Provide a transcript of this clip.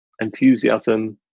enthusiasm